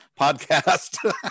podcast